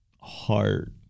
heart